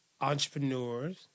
entrepreneurs